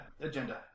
agenda